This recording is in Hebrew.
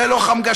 זה לא חמגשיות.